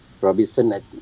Robinson